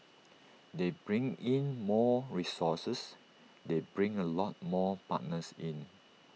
they bring in more resources they bring A lot more partners in